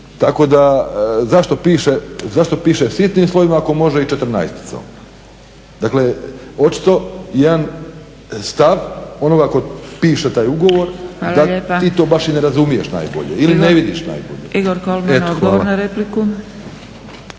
Tako da zašto piše sitnim slovima, ako može i četrnaesticom? Dakle, očito jedan stav onoga tko piše taj ugovor da ti to baš i ne razumiješ najbolje ili ne vidiš najbolje.